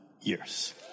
years